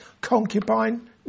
concubine